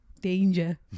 Danger